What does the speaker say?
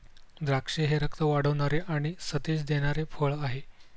द्राक्षे हे रक्त वाढवणारे आणि सतेज देणारे फळ आहे